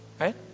right